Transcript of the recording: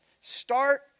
Start